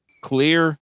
Clear